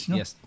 yes